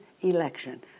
election